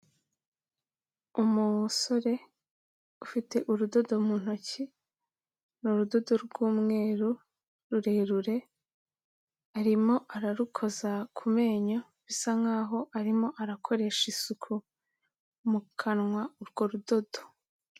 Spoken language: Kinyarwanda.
Umusore ufite urudodo mu ntoki, ni urudodo rw'umweru rurerure arimo ararukoza ku menyo bisa nk'aho arimo arakoresha isuku mu kanwa urwo rudodo.